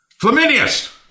Flaminius